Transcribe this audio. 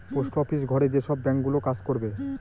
post office ঘরে যেসব bank গুলো কাজ করবে